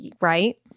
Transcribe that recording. Right